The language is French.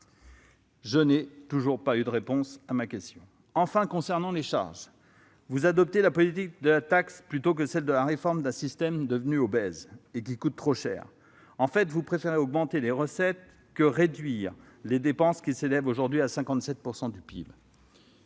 Je n'ai toujours pas eu de réponse à ma question. Enfin, concernant les charges, vous adoptez la politique de la taxe plutôt que celle de la réforme d'un système devenu obèse et qui coûte trop cher. En réalité, vous préférez augmenter les recettes plutôt que réduire les dépenses, qui s'élèvent aujourd'hui à 57 % du PIB.